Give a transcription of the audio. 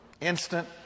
instant